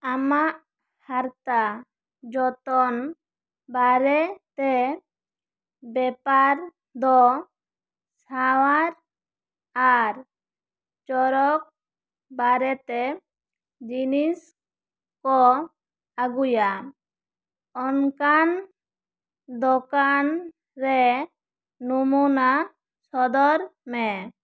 ᱟᱢᱟᱜ ᱦᱟᱨᱛᱟ ᱡᱚᱛᱚᱱ ᱵᱟᱨᱮᱛᱮ ᱵᱮᱯᱟᱨ ᱫᱚ ᱥᱟᱶᱟᱨ ᱟᱨ ᱪᱚᱨᱚᱠ ᱵᱟᱨᱮᱛᱮ ᱡᱤᱱᱤᱥ ᱠᱚ ᱟᱹᱜᱩᱭᱟ ᱚᱱᱠᱟᱱ ᱫᱚᱠᱟᱱ ᱨᱮ ᱱᱚᱢᱩᱱᱟ ᱥᱚᱫᱚᱨ ᱢᱮ